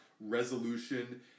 resolution